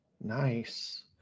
Nice